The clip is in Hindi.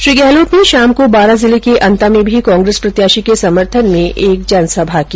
श्री गहलोत ने शाम को बारां जिले के अन्ता में भी कांग्रेस प्रत्याशी के समर्थन में एक जनसभा की